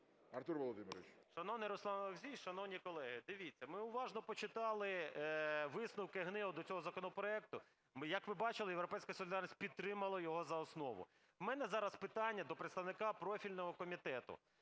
А.В. Шановний Руслан Олексійович, шановні колеги, дивіться, ми уважно почитали висновки ГНЕУ до цього законопроекту. Як ви бачили, "Європейська солідарність" підтримала його за основу. В мене зараз питання до представника профільного комітету.